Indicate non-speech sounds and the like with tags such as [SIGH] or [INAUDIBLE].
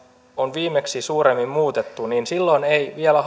on viimeksi suuremmin muutettu silloin ei vielä [UNINTELLIGIBLE]